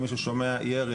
אם מישהו שומע ירי,